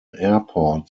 airport